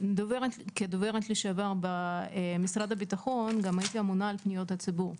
כדוברת לשעבר במשרד הביטחון גם הייתי אמונה על פניות הציבור.